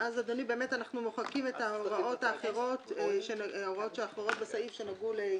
אנחנו מוחקים את ההוראות האחרות בסעיף שנגעו